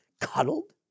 cuddled